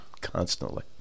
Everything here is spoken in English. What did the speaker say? constantly